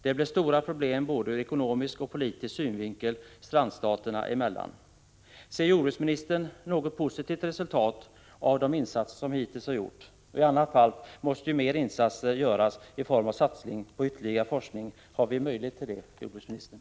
Det blir stora problem ur både ekonomisk och politisk synvinkel strandstaterna emellan. Ser jordbruksministern något positivt resultat av de insatser som hittills har gjorts? Om så inte är fallet måste vi satsa mer i form av ytterligare forskning. Har vi möjligheter till det, jordbruksministern?